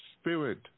spirit